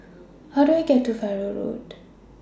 How Do I get to Farrer Road